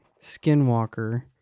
skinwalker